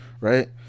right